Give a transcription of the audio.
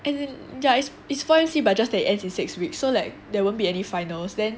as in ya it's it's four M_C just that it ends in six week so like there won't be any finals then